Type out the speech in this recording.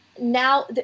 Now